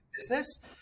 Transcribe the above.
business